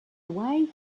away